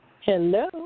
Hello